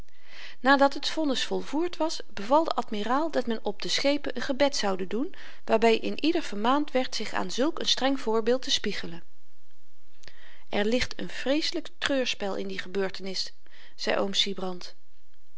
nadat het vonnis volvoerd was beval de admiraal dat men op de schepen een gebed zoude doen waarby een ieder vermaand werd zich aan zulk een streng voorbeeld te spiegelen er ligt n vreeselyk treurspel in die gebeurtenis zei oom sybrand